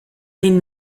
den